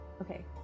okay